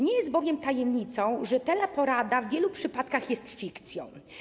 Nie jest bowiem tajemnicą, że teleporada w wielu przypadkach jest fikcją.